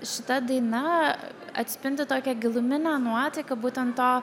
šita daina atspindi tokią giluminę nuotaiką būtent to